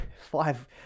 five